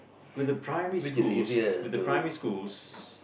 with the primary schools with the primary schools